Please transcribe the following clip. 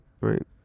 right